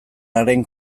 haren